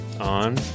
on